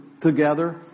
Together